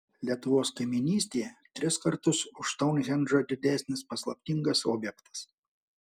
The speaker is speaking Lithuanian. lietuvos kaimynystėje tris kartus už stounhendžą didesnis paslaptingas objektas